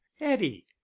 eddie